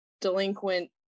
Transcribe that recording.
delinquent